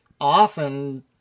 often